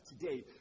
today